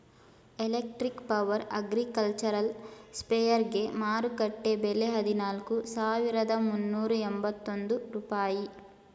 electric power agricultural ಸ್ಪ್ರೆಯರ್ಗೆ ಮಾರುಕಟ್ಟೆ ಬೆಲೆ ಹದಿನಾಲ್ಕು ಸಾವಿರದ ಮುನ್ನೂರ ಎಂಬತ್ತೊಂದು ರೂಪಾಯಿ